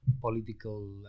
political